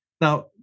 Now